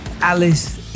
Alice